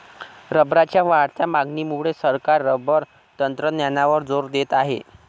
रबरच्या वाढत्या मागणीमुळे सरकार रबर तंत्रज्ञानावर जोर देत आहे